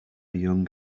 young